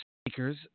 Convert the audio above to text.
speakers